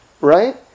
Right